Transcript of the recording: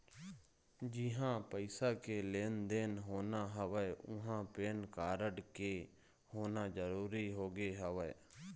जिहाँ पइसा के लेन देन होना हवय उहाँ पेन कारड के होना जरुरी होगे हवय